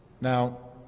Now